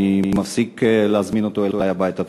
אני מפסיק להזמין אותו אלי הביתה.